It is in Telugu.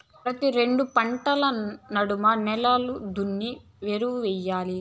ప్రతి రెండు పంటల నడమ నేలలు దున్ని ఎరువెయ్యాలి